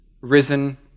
risen